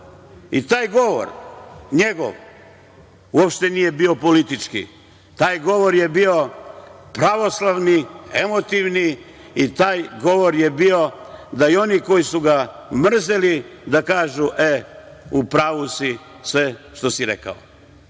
njegov govor uopšte nije bio politički. Taj govor je bio pravoslavni, emotivni i taj govor je bio da i oni koji su ga mrzeli, da kažu – ej, u pravu si sve što si rekao. Mi